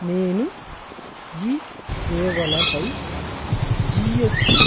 నేను ఈ సేవలపై జీఎస్టీ